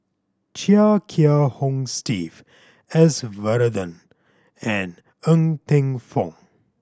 Chia Kiah Hong Steve S Varathan and Ng Teng Fong